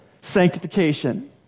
sanctification